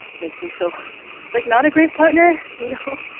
makes me feel like not a great partner you know,